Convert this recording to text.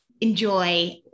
enjoy